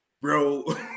bro